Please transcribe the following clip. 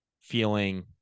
feeling